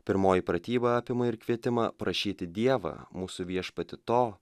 pirmoji pratyba apima ir kvietimą prašyti dievą mūsų viešpatį to